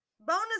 Bonus